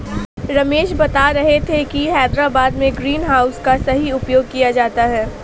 रमेश बता रहे थे कि हैदराबाद में ग्रीन हाउस का सही उपयोग किया जाता है